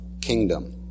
kingdom